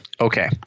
Okay